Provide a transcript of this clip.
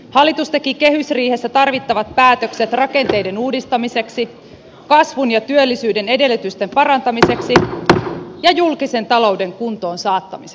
hallitus teki kehysriihessä tarvittavat päätökset rakenteiden uudistamiseksi kasvun ja työllisyyden edellytysten parantamiseksi ja julkisen talouden kuntoon saattamiseksi